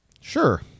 Sure